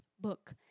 book